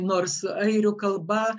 nors airių kalba